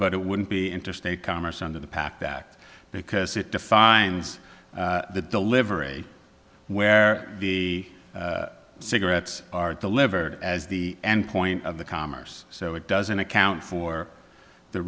but it wouldn't be interstate commerce under the pact that because it defines the delivery where the cigarettes are delivered as the endpoint of the commerce so it doesn't account for the